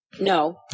No